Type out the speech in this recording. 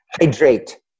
Hydrate